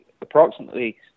approximately